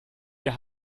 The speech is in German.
wir